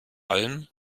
allem